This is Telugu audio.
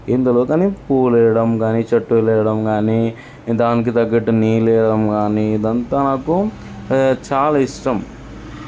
ఏం తెలియదు కాని పూలేయడం కాని చెట్టు లేయడం కాని దానికి తగ్గట్టు నీళ్ళు వేయడం కాని ఇదంతా నాకు చాలా ఇష్టం